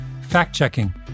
Fact-checking